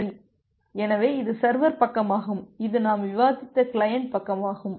சரி எனவே இது சர்வர்ப் பக்கமாகும் இது நாம் விவாதித்த கிளையன்ட் பக்கமாகும்